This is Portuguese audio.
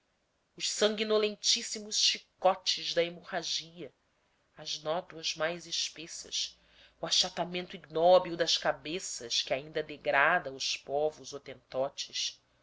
massacres os sanguinolentíssimos chicotes da hemorragia as nódoas mais espessas o achatamento ignóbil das cabeças que ainda degrada os povos hotentotes